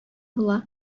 була